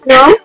No